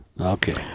okay